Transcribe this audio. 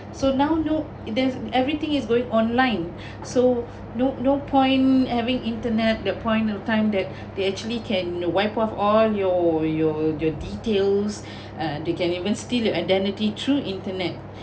so now no there's everything is going online so no no point having internet the point of time that they actually can wipe off all your your your details uh they can even steal your identity through internet